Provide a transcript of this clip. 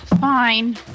fine